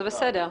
זה בסדר.